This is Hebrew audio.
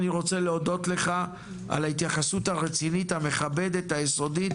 אני רוצה להודות לך על ההתייחסות הרצינית המכבדת היסודית,